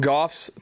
Goff's